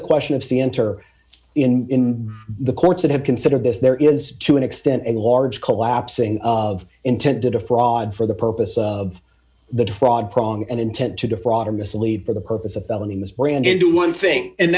the question of see enter in the courts that have considered this there is to an extent a large collapsing of intended a fraud for the purpose of the fraud prong and intent to defraud or mislead for the purpose of felony misbranded do one thing and